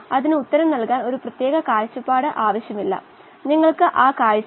അതിനാൽ ബ്രോത്തിന്റെ ദ്രാവക ഭാഗം മാത്രമാണ് നമ്മുടെ സിസ്റ്റം